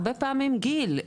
הרבה פעמים גיל,